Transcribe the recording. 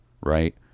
right